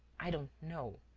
i don't know,